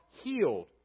healed